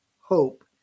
hope